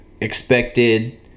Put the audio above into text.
expected